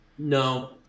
No